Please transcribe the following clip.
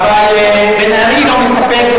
אבל בן-ארי לא מסתפק,